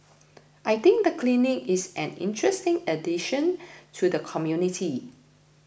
I think the clinic is an interesting addition to the community